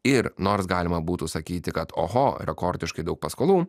ir nors galima būtų sakyti kad oho rekordiškai daug paskolų